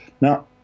Now